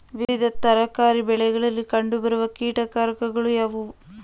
ವಿವಿಧ ತರಕಾರಿ ಬೆಳೆಗಳಲ್ಲಿ ಕಂಡು ಬರುವ ಕೀಟಕಾರಕಗಳು ಯಾವುವು?